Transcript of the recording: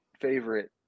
favorite